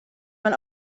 man